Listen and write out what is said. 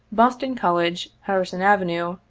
boston college, harrison avenue,